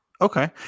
Okay